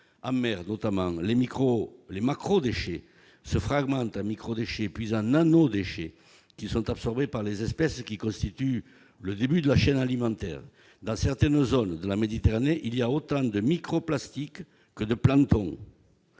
En mer, notamment, les macrodéchets se fragmentent en microdéchets, puis en nanodéchets qui sont absorbés par les espèces constituant le début de la chaîne alimentaire. Dans certaines zones de la Méditerranée, il y a autant de microplastiques que de planctons